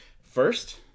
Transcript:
First